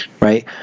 Right